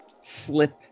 slip